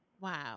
Wow